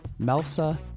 MELSA